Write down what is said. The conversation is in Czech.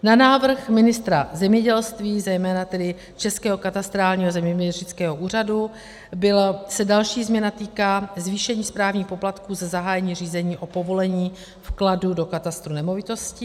Na návrh ministra zemědělství, zejména tedy Českého katastrálního a zeměměřického úřadu, se další změna týká zvýšení správních poplatků za zahájení řízení o povolení vkladu do katastru nemovitostí.